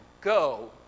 go